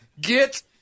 get